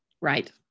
Right